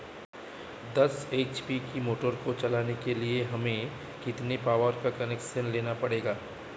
दस एच.पी की मोटर को चलाने के लिए हमें कितने पावर का कनेक्शन लेना पड़ेगा?